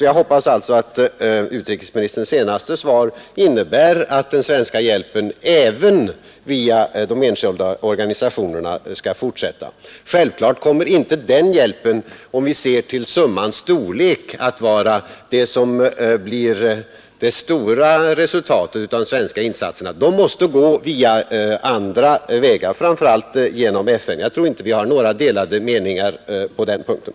Jag hoppas alltså att utrikesministerns senaste svar innebär att den svenska hjälpen även via de enskilda organisationerna skall fortsätta. Självfallet kommer inte den hjälpen, om vi ser till summans storlek, att bli det stora resultatet av de svenska insatserna — det måste gå på andra vägar, framför allt genom FN. Jag tror inte vi har några delade meningar på den punkten.